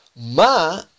Ma